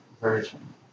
version